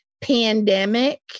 pandemic